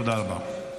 תודה רבה.